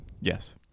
Yes